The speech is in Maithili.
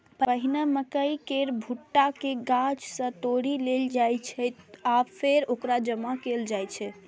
पहिने मकइ केर भुट्टा कें गाछ सं तोड़ि लेल जाइ छै आ फेर ओकरा जमा कैल जाइ छै